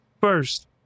first